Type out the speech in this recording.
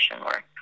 work